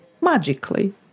Magically